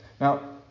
Now